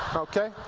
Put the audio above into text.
okay?